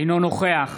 אינו נוכח